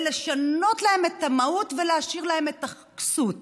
לשנות להן את המהות ולהשאיר להן את הכסות.